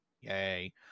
Yay